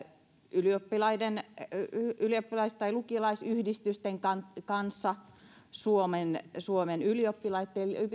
ylioppilaiden ylioppilas tai lukiolaisyhdistysten kanssa kanssa suomen suomen ylioppilaitten